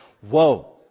whoa